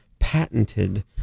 Patented